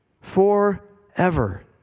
forever